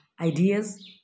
ideas